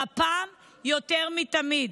והפעם יותר מתמיד,